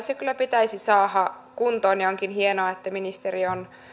se asia kyllä pitäisi saada kuntoon onkin hienoa että ministeri on